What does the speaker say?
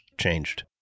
changed